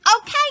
Okay